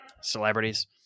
celebrities